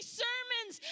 sermons